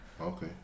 Okay